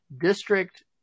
district